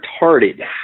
retarded